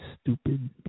stupid